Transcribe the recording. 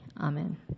Amen